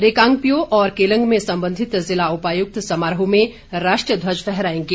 रिकांगपिओ और केलंग में संबंधित जिला उपायुक्त समारोह में राष्ट्रीय ध्वज फहराएंगे